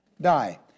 Die